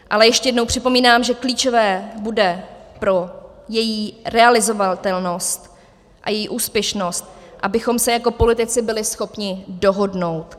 Ale ještě jednou připomínám, že klíčové bude pro její realizovatelnost a její úspěšnost, abychom se jako politici byli schopni dohodnout.